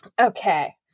Okay